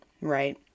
right